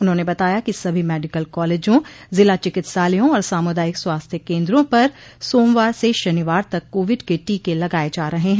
उन्होंने बताया कि सभी मेडिकल कॉलेजों जिला चिकित्सालयों और सामुदायिक स्वास्थ्य केन्द्रों पर सोमवार से शनिवार तक कोविड के टीके लगाये जा रहे हैं